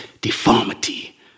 deformity